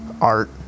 art